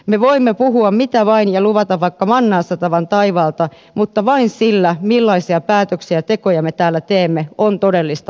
me voimme puhua mitä vain ja luvata vaikka mannaa satavan taivaalta mutta vain sillä millaisia päätöksiä ja tekoja me täällä teemme on todellista merkitystä